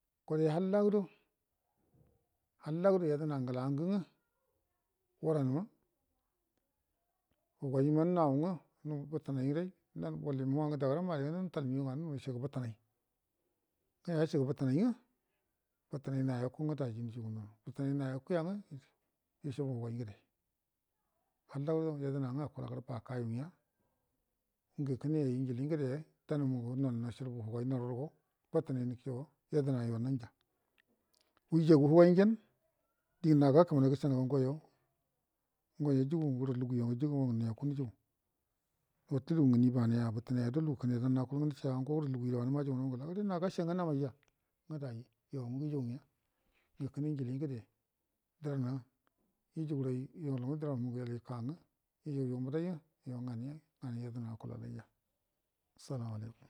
Kure hatta gudo halla gude yedəna ngla ngə nga wuranəma hugoima nau ngə nu bətə nai ran danə wulimu wangə dagəramma aligan nga nətal migau nganə nga nu nishiga bətənai ga yau yashigə bətənai nga bətənai nayaku nga daji najugu bətənai hayakya nga nushubu hugai ngə de hallago yedəna nga akulagə bakayu nya ngə kəne ayi njili ngəde danmu nol nashilbu hugoi haru rugo bətənai infiyo yedəna yo nanja wujagu hugai ngenə di ngə nago gakəmanə ga gəshanəga ngoyo ngoyo jugu wurə luguyo jigə mangə niyeku nujugu wute lugu ngəni maneya bətəneyado kənedan akal nga nisha nəga ngo wurə luguyu re wannə ma jugunau nga ngəla gəre na gashagə ngə namaija nga dai yo mungə yujugu nga ngə kəne njili ngəde dərana yujugurə ayi yol dəranmu ngə yol ika nga yujugu nbədainayo nganai nganai yadəna akulalaija salamu alaikum